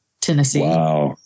Tennessee